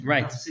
Right